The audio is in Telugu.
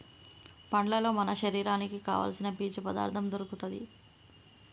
పండ్లల్లో మన శరీరానికి కావాల్సిన పీచు పదార్ధం దొరుకుతది